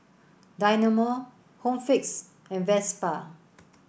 Dynamo Home Fix and Vespa